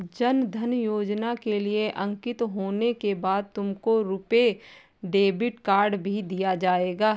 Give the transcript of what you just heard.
जन धन योजना के लिए अंकित होने के बाद तुमको रुपे डेबिट कार्ड भी दिया जाएगा